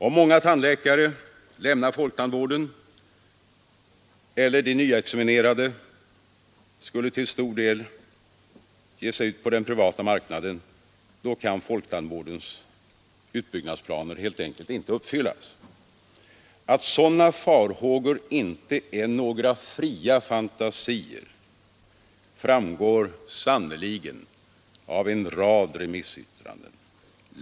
Om många tandläkare lämnar folktandvården eller om de nyutexaminerade skulle till stor del ge sig ut på den privata marknaden, kan folktandvårdens utbyggnadsplaner helt enkelt inte uppfyllas. Att sådana farhågor inte är några fria fantasier framgår sannerligen av en rad remissyttranden.